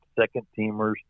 second-teamers